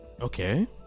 okay